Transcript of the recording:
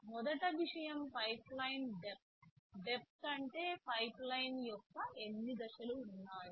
మొదటి విషయం pipeline depth depth అంటే పైప్లైన్ యొక్క ఎన్ని దశలు ఉన్నాయని